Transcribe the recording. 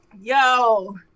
Yo